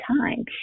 time